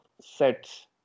sets